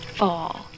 fall